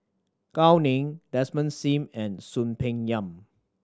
Gao Ning Desmond Sim and Soon Peng Yam